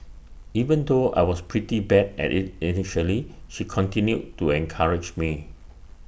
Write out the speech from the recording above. even though I was pretty bad at IT initially she continued to encourage me